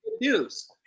news